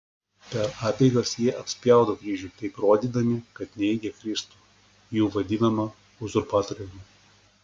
per apeigas jie apspjaudo kryžių taip rodydami kad neigia kristų jų vadinamą uzurpatoriumi